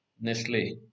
Nestle